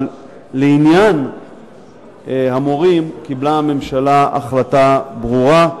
אבל לעניין המורים קיבלה הממשלה החלטה ברורה.